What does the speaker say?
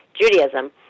Judaism